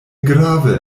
grave